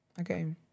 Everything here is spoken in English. Okay